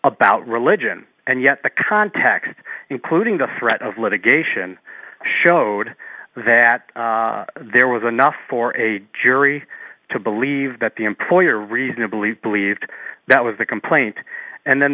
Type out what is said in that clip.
about religion and yet the context including the threat of litigation showed that there was enough for a jury to believe that the employer reasonably believed that was the complaint and then